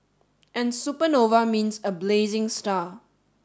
and supernova means a blazing star